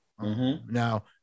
Now